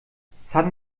san